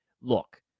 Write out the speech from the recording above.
Look